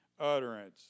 utterance